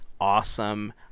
awesome